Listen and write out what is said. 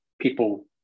people